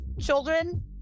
Children